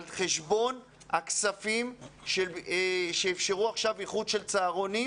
חשבון הכספים שיאפשרו עכשיו איחוד צהרונים.